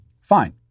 Fine